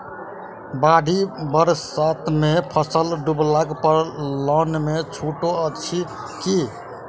बाढ़ि बरसातमे फसल डुबला पर लोनमे छुटो अछि की